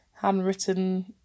handwritten